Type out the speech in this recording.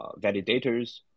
validators